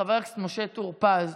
חבר הכנסת משה טור פז,